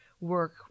work